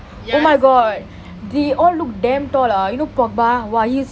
ya that's the dream